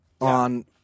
on